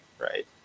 right